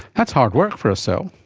that's hard work for a cell.